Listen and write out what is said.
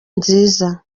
nziza